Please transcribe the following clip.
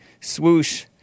swoosh